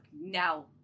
now